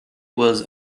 was